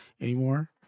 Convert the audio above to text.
anymore